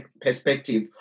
perspective